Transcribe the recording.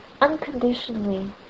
unconditionally